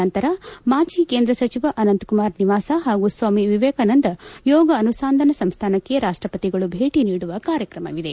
ನಂತರ ಮಾಜಿ ಕೇಂದ್ರ ಸಚಿವ ಅನಂತ್ ಕುಮಾರ್ ನಿವಾಸ ಹಾಗೂ ಸ್ವಾಮಿ ವಿವೇಕಾನಂದ ಯೋಗ ಅನುಸಂಧಾನ ಸಂಸ್ಥಾನಕ್ಕೆ ರಾಷ್ಟಪತಿಗಳು ಭೇಟಿ ನೀಡುವ ಕಾರ್ಯಕ್ರಮವಿದೆ